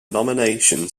nomination